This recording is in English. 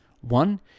One